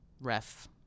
ref